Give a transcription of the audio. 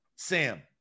Sam